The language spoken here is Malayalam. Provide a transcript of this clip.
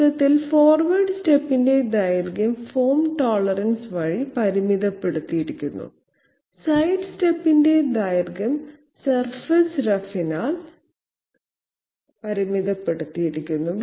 ചുരുക്കത്തിൽ ഫോർവേഡ് സ്റ്റെപ്പിന്റെ ദൈർഘ്യം ഫോം ടോളറൻസ് വഴി പരിമിതപ്പെടുത്തിയിരിക്കുന്നു സൈഡ് സ്റ്റെപ്പിന്റെ ദൈർഘ്യം സർഫസ് റഫിനാൽ പരിമിതപ്പെടുത്തിയിരിക്കുന്നു